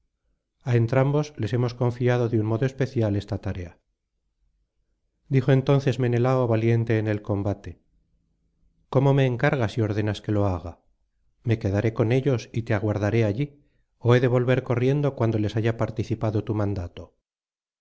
a entrambos les hemos confiado de un modo especial esta tarea dijo entonces menelao valiente en el combate cómo me encargas y ordenas que lo haga me quedaré con ellos y te aguardaré allí ó he de volver corriendo cuando les haya participado tu mandato